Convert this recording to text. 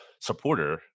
supporter